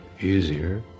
easier